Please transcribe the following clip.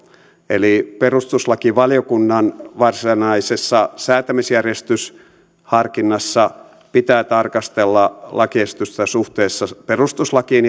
eli perustuslakivaliokunnan varsinaisessa säätämisjärjestysharkinnassa pitää tarkastella lakiesitystä suhteessa perustuslakiin